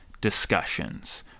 discussions